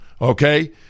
Okay